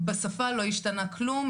בשפה לא השתנה כלום.